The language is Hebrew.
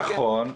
נכון.